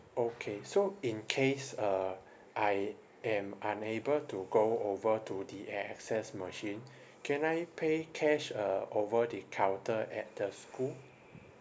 okay so in case uh I am unable to go over to the A_X_S machine can I pay cash uh over the counter at the school